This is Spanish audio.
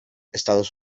estados